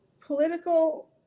Political